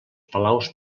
palaus